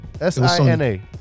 S-I-N-A